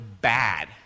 bad